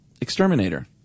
exterminator